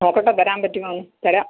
നോക്കട്ടെ തരാൻ പറ്റുമോ എന്ന് തരാം